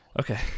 okay